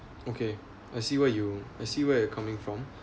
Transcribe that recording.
okay I see what you I see where you're coming from